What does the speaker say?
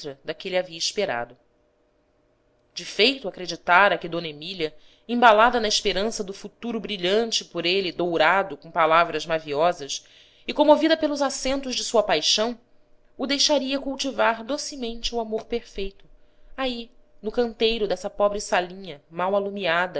ele havia esperado de feito acreditara que d emília embalada na esperança do futuro brilhante por ele dourado com palavras maviosas e comovida pelos acentos de sua paixão o deixaria cultivar docemente o amorperfeito aí no canteiro dessa pobre salinha mal alumiada